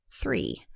three